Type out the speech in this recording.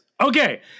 Okay